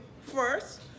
first